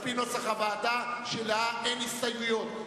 על-פי נוסח הוועדה שלו אין הסתייגויות.